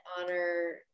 honor